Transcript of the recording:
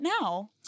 now